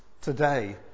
today